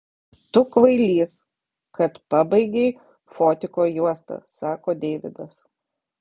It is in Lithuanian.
tu kvailys kad pabaigei fotiko juostą sako deividas